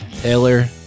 Taylor